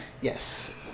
Yes